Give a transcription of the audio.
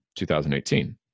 2018